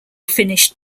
finished